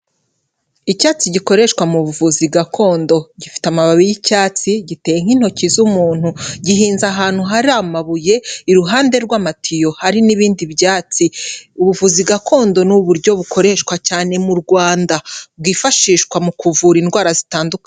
Icyatsi gikoreshwa mu buvuzi gakondo. Gifite amababi y'icyatsi, giteye nk'intoki z'umuntu. Gihinze ahantu hari amabuye, iruhande rw'amatiyo, hari n'ibindi byatsi. Ubuvuzi gakondo ni uburyo bukoreshwa cyane mu Rwanda, bwifashishwa mu kuvura indwara zitandukanye.